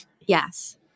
Yes